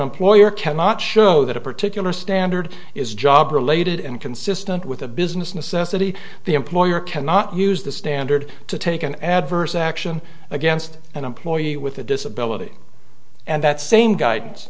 employer cannot show that a particular standard is job related and consistent with a business necessity the employer cannot use the standard to take an adverse action against an employee with a disability and that same guidance